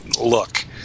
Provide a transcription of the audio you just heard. look